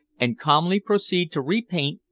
and calmly proceed to repaint,